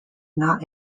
not